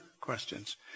questions